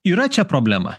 yra čia problema